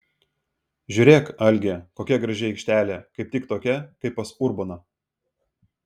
žiūrėk algi kokia graži aikštelė kaip tik tokia kaip pas urboną